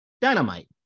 Dynamite